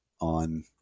on